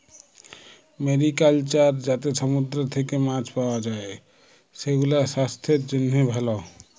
mariculture যাতে সমুদ্র থেক্যে মাছ পাওয়া যায়, সেগুলাসাস্থের জন্হে ভালো